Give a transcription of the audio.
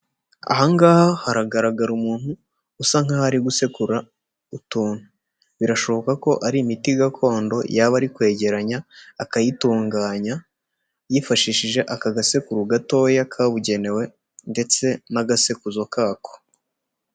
Aha ngaha haragaragara umuntu usa nkaho ari gusekura utuntu. Birashoboka ko ari imiti gakondo yaba ari kwegeranya, akayitunganya yifashishije aka gasekuru gatoya kabugenewe ndetse n'agasekuzo kako.